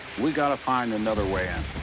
we gotta find another way in.